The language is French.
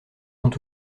sont